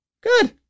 Good